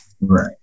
right